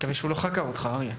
הנושא הוא ועד הורים.